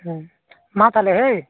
ᱢᱟ ᱛᱟᱦᱚᱞᱮ ᱦᱳᱭ